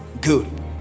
good